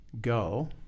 go